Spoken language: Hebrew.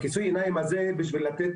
כיסוי העיניים הזה -- סמיח,